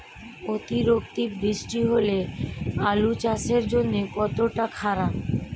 অতিরিক্ত বৃষ্টি হলে আলু চাষের জন্য কতটা খারাপ?